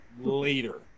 later